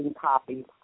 copies